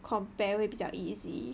compare 会比较 easy